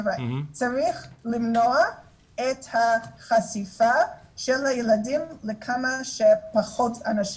צריך למנוע את החשיפה של הילדים לכמה שפחות אנשים.